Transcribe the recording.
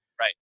Right